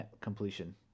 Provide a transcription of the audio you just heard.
completion